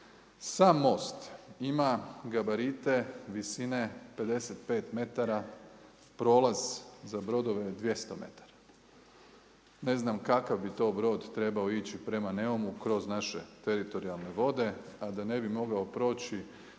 Sam most ima gabarite visine 55 metara, prolaz za brodove 200 metara. Ne znam kakav bi to brod trebao ići prema Neumu kroz naše teritorijalne vode a da ne bi mogao proći